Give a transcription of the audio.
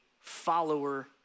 follower